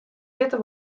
witte